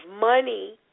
money